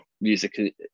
music